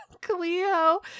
Cleo